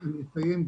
אני מציין,